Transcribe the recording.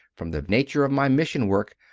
from the nature of my mission work,